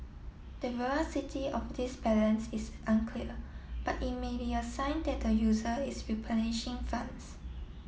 the veracity of this balance is unclear but it may be a sign that the user is replenishing funds